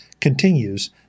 continues